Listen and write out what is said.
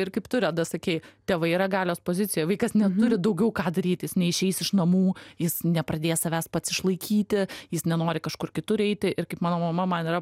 ir kaip tu reda sakei tėvai yra galios pozicijoj vaikas neturi daugiau ką daryti neišeis iš namų jis nepradės savęs pats išlaikyti jis nenori kažkur kitur eiti ir kaip mano mama man yra